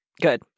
Good